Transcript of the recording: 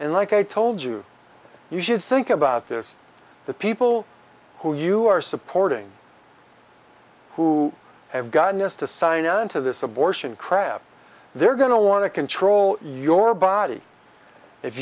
and like i told you you should think about this the people who you are supporting who have gotten us to sign on to this abortion crap they're going to want to control your body if